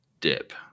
dip